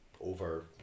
over